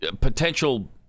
potential